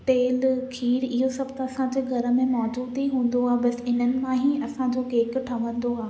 तेल खीरु इहो सभु त असांजे घर में मौजूद ई हूंदो आहे बसि इन्हनि मां ई असांजो केक ठहंदो आहे